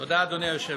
תודה, אדוני היושב-ראש.